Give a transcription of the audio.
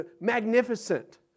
magnificent